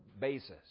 basis